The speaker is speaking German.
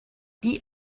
die